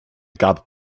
gab